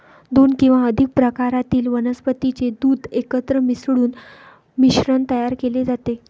दोन किंवा अधिक प्रकारातील वनस्पतीचे दूध एकत्र मिसळून मिश्रण तयार केले जाते